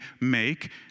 make